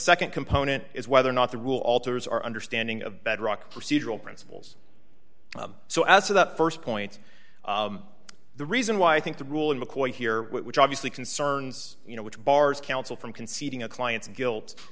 nd component is whether or not the rule alters our understanding of bedrock procedural principles so as to the st point the reason why i think the rule in mccoy here which obviously concerns you know which bars counsel from conceding a client's guilt